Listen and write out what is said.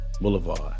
Boulevard